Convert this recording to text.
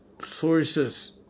sources